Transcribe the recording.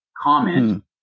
comment